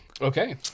Okay